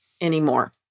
anymore